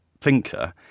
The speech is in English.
thinker